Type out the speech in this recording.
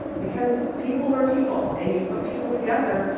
because people are people, and you put people together,